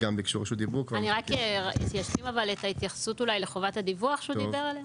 אני רק אשלים את ההתייחסות לחובת הדיווח שהוא דיבר עליה.